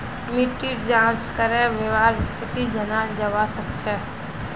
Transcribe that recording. मिट्टीर जाँच करे वहार स्थिति जनाल जवा सक छे